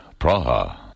Praha